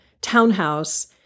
townhouse